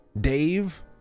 Dave